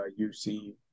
UC